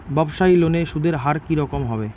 ব্যবসায়ী লোনে সুদের হার কি রকম হবে?